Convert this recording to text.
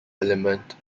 element